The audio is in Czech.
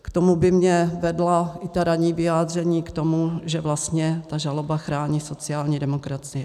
K tomu by mě vedla i ta ranní vyjádření k tomu, že vlastně ta žaloba chrání sociální demokracii.